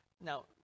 Now